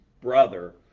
brother